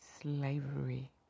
slavery